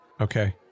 Okay